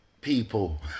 people